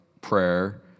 prayer